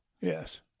Yes